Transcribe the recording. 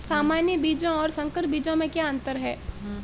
सामान्य बीजों और संकर बीजों में क्या अंतर है?